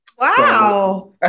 Wow